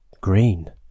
green